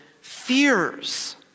fears